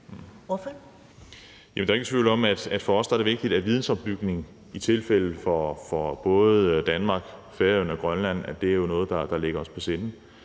Der er ingen tvivl om, at for os er det vigtigt, at vidensopbygning, hvad angår både Danmark, Færøerne og Grønland, er noget, der ligger os på sinde.